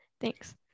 thanks